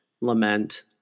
lament